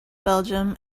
belgium